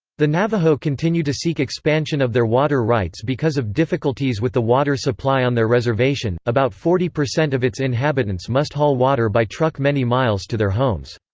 the navajo continue to seek expansion of their water rights because of difficulties with the water supply on their reservation about forty percent of its inhabitants must haul water by truck many miles to their homes.